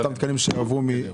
זה אותם תקנים שעברו --- בדיוק.